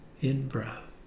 in-breath